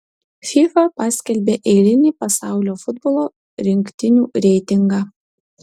fifa paskelbė eilinį pasaulio futbolo rinktinių reitingą